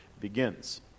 begins